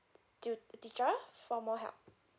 tu~ teacher for more help